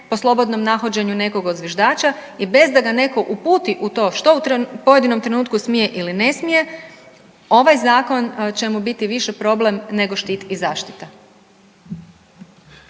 po slobodnom nahođenju nekog od zviždača i bez da ga netko uputi u to što u pojedinom trenutku smije ili ne smije ovaj zakon će mu biti više problem nego štit i zaštita.